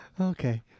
Okay